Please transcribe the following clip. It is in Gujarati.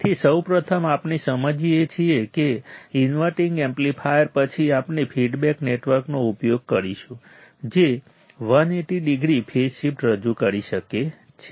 તેથી સૌપ્રથમ આપણે સમજીએ છીએ કે ઇન્વર્ટિંગ એમ્પ્લીફાયર પછી આપણે ફીડબેક નેટવર્કનો ઉપયોગ કરીશું જે 180 ડિગ્રી ફેઝ શિફ્ટ રજૂ કરી શકે છે